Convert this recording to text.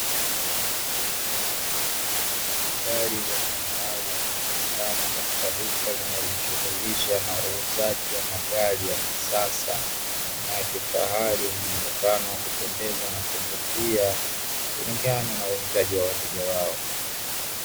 Gari za kifahari zinazopatikana katika duka linalojishughulisha na uuzaji wa magari ya kisasa na ya kifahari, yenye muonekano wa kupendeza na kuvutia kulingana na uhitaji wa wateja wao.